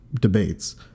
debates